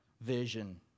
vision